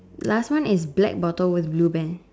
last one is black bottle with blue band